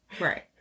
Right